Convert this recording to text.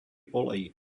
olej